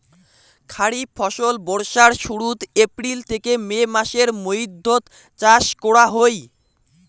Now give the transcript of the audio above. খরিফ ফসল বর্ষার শুরুত, এপ্রিল থেকে মে মাসের মৈধ্যত চাষ করা হই